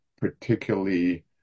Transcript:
particularly